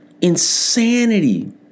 Insanity